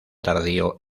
tardío